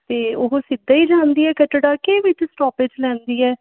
ਅਤੇ ਉਹ ਸਿੱਧਾ ਹੀ ਜਾਂਦੀ ਹੈ ਕਟੜਾ ਕੇ ਵਿਚ ਸਟੋਪਿਜ ਲੈਂਦੀ ਹੈ